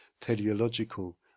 teleological